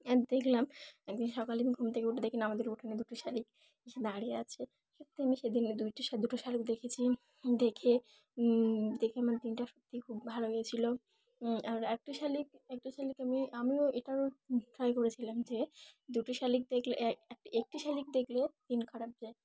আর দেখলাম একদিন সকালে আমি ঘুম থেকে উঠে দেখিনি আমাদের ওঠানে দুটো শালিক এসে দাঁড়িয়ে আছে সত্যি আমি সেদিন দুইটো দুটো শালিক দেখেছি দেখে দেখে আমার দিনটা সত্যিই খুব ভালো হয়েছিলো আর একটি শালিক একটা শালিককে আমি আমিও এটারও ট্রাই করেছিলাম যে দুটো শালিক দেখলে এক একটি শালিক দেখলে দিন খারাপ যায়